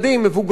מבוגרים,